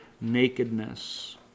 nakedness